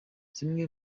zimwe